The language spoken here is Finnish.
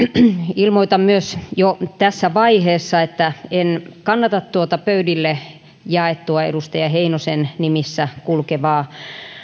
ilmoitan myös jo tässä vaiheessa että en kannata tuota pöydille jaettua edustaja heinosen nimissä kulkevaa